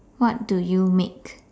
what do you make